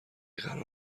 قرار